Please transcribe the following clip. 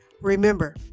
Remember